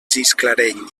gisclareny